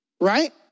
Right